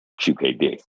QKD